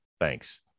Thanks